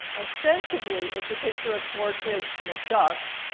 ostensibly, it's a picture of four kids and a duck.